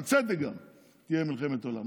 ובצדק תהיה מלחמת עולם.